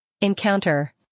encounter